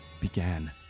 began